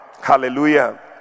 hallelujah